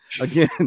again